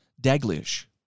Daglish